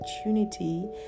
opportunity